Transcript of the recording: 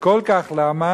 וכל כך למה?